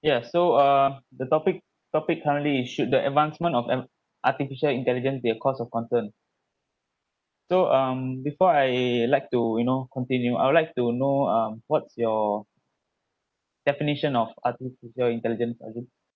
yeah so uh the topic topic currently should the advancement of en~ artificial intelligence be a cause of concern so um before I like to you know continue I would like to know um what's your definition of artificial intelligence